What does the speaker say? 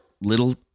little